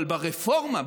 אבל ברפורמה,